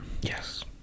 yes